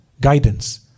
guidance